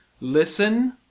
Listen